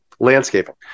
landscaping